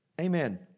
Amen